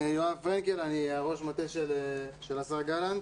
אני יואב פרנקל, ראש המטה של השר גלנט.